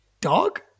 dog